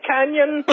Canyon